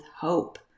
hope